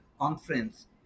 conference